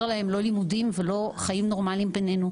להם לא לימודים ולא חיים נורמאליים ביננו,